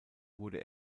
wurde